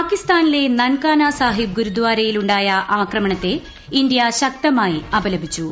പാകിസ്ഥാനിലെ നൻകാനാ സാഹിബ് ഗുരുദ്വാരയിൽ ഉണ്ടായ ആക്രമണത്തെ ഇന്തൃ ശക്തമായി അപലപിച്ചു